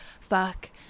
fuck